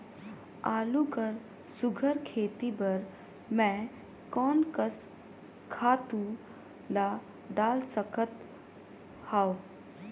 आलू कर सुघ्घर खेती बर मैं कोन कस खातु ला डाल सकत हाव?